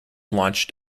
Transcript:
launched